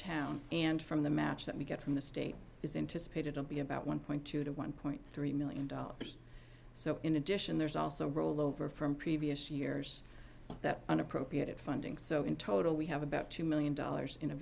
town and from the match that we get from the state is interest paid it on be about one point two to one point three million dollars so in addition there's also a rollover from previous years that unappropriated funding so in total we have about two million dollars in